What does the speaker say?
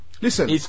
listen